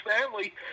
family